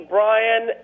Brian